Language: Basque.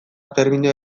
terminoa